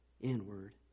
inward